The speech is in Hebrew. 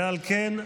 ועל כן,